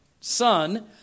son